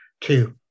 two